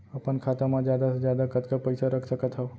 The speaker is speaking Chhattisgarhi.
अपन खाता मा जादा से जादा कतका पइसा रख सकत हव?